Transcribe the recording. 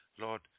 Lord